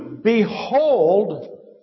Behold